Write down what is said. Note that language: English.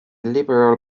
liberal